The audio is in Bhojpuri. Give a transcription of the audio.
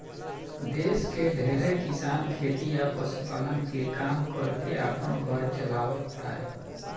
देश के ढेरे किसान खेती आ पशुपालन के काम कर के आपन घर चालाव तारे